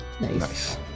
Nice